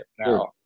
now